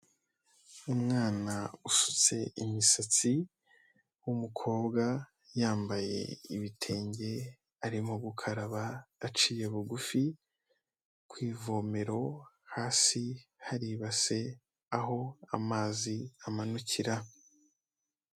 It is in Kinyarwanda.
Umwana usutse imisatsi w'umukobwa, yambaye ibitenge arimo gukaraba aciye bugufi, ku ivomero hasi, hari ibase, aho amazi amanukira.